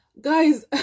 guys